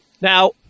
Now